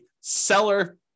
seller